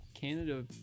Canada